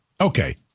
Okay